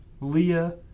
Leah